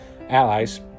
allies